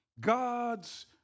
God's